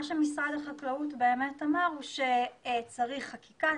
שמשרד החקלאות באמת אמר הוא שצריך חקיקה,